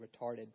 retarded